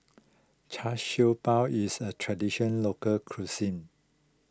Char Siew Bao is a tradition local cuisine